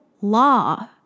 law